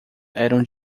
eram